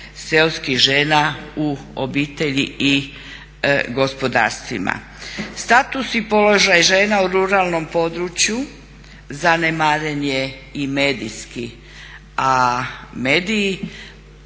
seoskih žena u obitelji i gospodarstvima. Status i položaj žena u ruralnom području zanemaren je i medijski, a mediji,